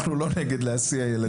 אנחנו לא נגד להסיע ילדים.